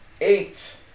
eight